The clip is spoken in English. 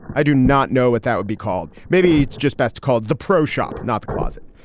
i do not know what that would be called. maybe it's just best called the pro shop, not the closet.